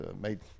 made